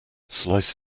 slice